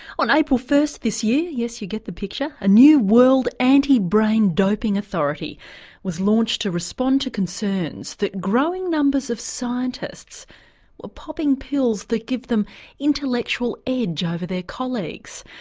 on april first this year, yes you get the picture, a new world anti brain doping authority was launched to respond to concerns that growing numbers of scientists were popping pills that give them intellectual edge over their colleagues.